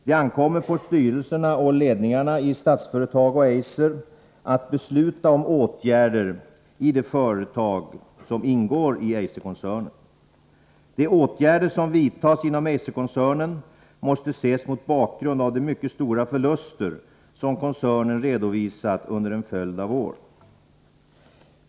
Det ankommer på styrelserna och ledningarna i Statsföretag och Eiser att besluta om åtgärder i de företag som ingår i Eiserkoncernen. De åtgärder som vidtas inom Eiserkoncernen måste ses mot bakgrund av de mycket stora förluster som koncernen redovisat under en följd av år.